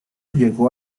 llegó